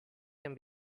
can